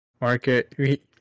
market